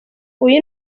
uyu